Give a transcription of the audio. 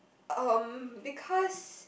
um because